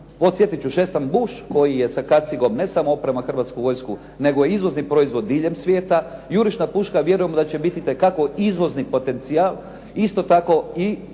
Posjetiti ću, Šestan-Busch koji je sa kacigom, ne samo oprema Hrvatsku vojsku, nego je izvozni proizvod diljem svijeta, jurišna puška vjerujemo da će biti itekako izvozni potencijal. Isto tako i